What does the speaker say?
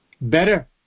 Better